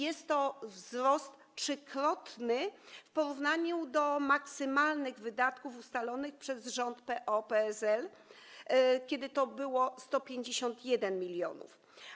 Jest to wzrost trzykrotny w porównaniu z maksymalnymi wydatkami ustalonymi przez rząd PO-PSL, kiedy to było 151 mln.